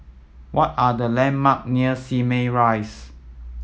what are the landmark near Simei Rise